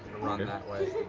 run that way.